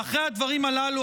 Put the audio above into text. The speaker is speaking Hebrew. ואחרי הדברים הללו,